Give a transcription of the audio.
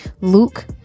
Luke